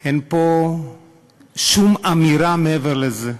אין פה שום אמירה מעבר לזה.